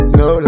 no